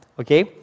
Okay